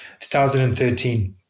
2013